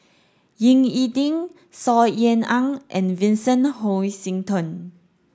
Ying E Ding Saw Ean Ang and Vincent Hoisington